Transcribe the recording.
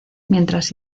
mientras